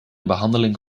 behandeling